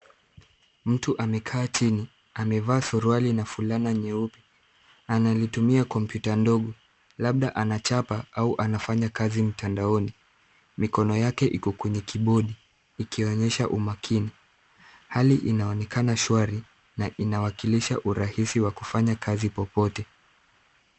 Mtu amekaa chini. Amevaa suruali na fulana nyeupe. Analitumia kompyuta ndogo labda anachapa au anafanya kazi mtandaoni. Mikono yake iko kwenye kibodi ikionyesha umakini. Hali inaonekana shwari na inawakilisha urahisi wa kufanya kazi popote.